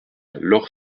lorp